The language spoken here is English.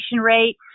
rate